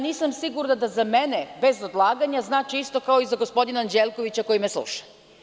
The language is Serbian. Nisam sigurna da za mene „bez odlaganja“ znači isto kao i za gospodina Anđelkovića, koji me sluša.